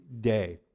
day